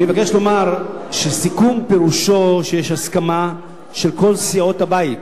אני מבקש לומר שסיכום פירושו שיש הסכמה של כל סיעות הבית,